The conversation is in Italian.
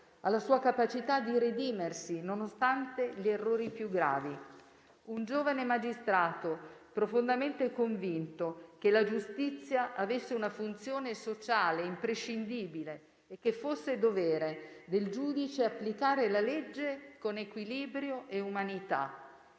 alla sua capacità di redimersi nonostante gli errori più gravi. Un giovane magistrato profondamente convinto che la giustizia avesse una funzione sociale imprescindibile e che fosse dovere del giudice applicare la legge con equilibrio e umanità.